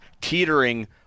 teetering